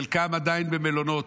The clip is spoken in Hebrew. חלקם עדיין במלונות,